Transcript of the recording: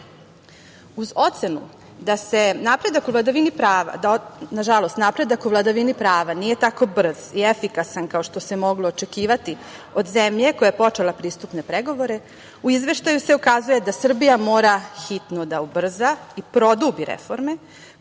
Uz ocenu da se napredak u vladavini prava, nažalost napredak u vladavini prava nije tako brz i efikasna kao što se moglo očekivati od zemlje koja je počela pristupne pregovore u Izveštaju se ukazuje da Srbija mora hitno da ubrza i produbi reforme,